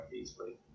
easily